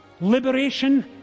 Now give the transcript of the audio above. liberation